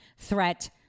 threat